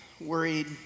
worried